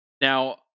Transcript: Now